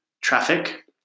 traffic